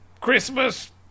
Christmas